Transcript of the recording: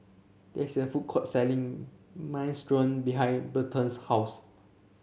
there is a food court selling Minestrone behind Berton's house